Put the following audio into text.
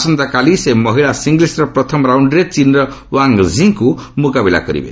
ଆସନ୍ତାକାଲି ସେ ମହିଳା ସିଙ୍ଗିଲ୍ସର ପ୍ରଥମ ରାଉଣ୍ଡରେ ଚୀନ୍ର ୱାଙ୍ଗ୍ ଝି ଙ୍କୁ ମୁକାବିଲା କରିବେ